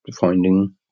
finding